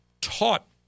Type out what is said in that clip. taught